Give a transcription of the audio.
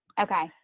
Okay